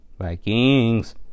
Vikings